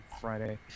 friday